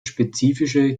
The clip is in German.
spezifische